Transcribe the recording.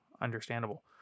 Understandable